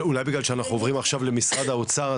אולי בגלל שאנחנו עוברים עכשיו למשרד האוצר,